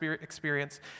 experience